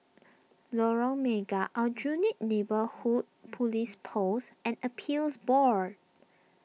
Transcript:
Lorong Mega Aljunied Neighbourhood Police Post and Appeals Board